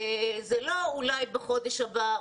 וזה לא אולי בחודש הבא,